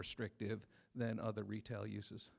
restrictive than other retail uses